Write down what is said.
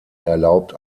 erlaubt